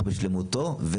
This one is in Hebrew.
בשלמותו אבל